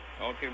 Okay